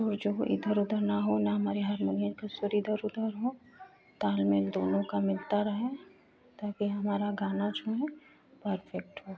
सुर जो है इधर उधर नाहो ना हमारे हरमुनियाँ का सुर इधर उधर हों ताल मेल दोनों का मिलता रहे ताकि हमारा गाना जो है परफेक्ट हो